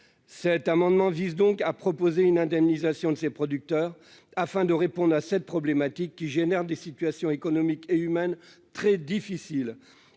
cet amendement vise donc à proposer une indemnisation de ses producteurs afin de répondre à cette problématique qui génèrent des situations économiques et humaines très difficiles,